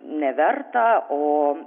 neverta o